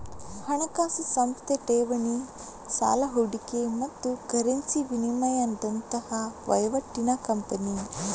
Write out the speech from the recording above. ಹಣಕಾಸು ಸಂಸ್ಥೆ ಠೇವಣಿ, ಸಾಲ, ಹೂಡಿಕೆ ಮತ್ತು ಕರೆನ್ಸಿ ವಿನಿಮಯದಂತಹ ವೈವಾಟಿನ ಕಂಪನಿ